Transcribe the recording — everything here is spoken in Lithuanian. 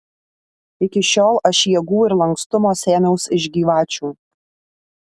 iki šiol aš jėgų ir lankstumo sėmiaus iš gyvačių